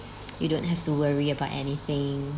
you don't have to worry about anything